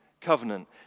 covenant